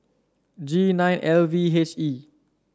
G nine L V H E